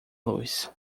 luz